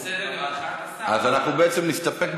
בסדר, אז אנחנו בעצם נסתפק בדבריו.